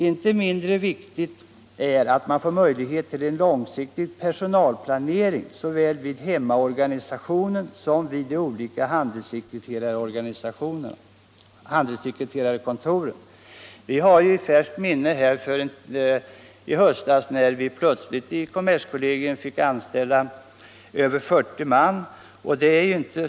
Inte mindre viktigt är att man får möjlighet till långsiktig personalplanering såväl vid hemmaorganisationen som vid de olika handelssekreterarkontoren. Vi har i färskt minne hur vi plötsligt i höstas fick anställa över 40 man vid kommerskollegium.